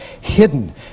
hidden